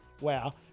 wow